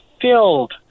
filled